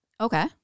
Okay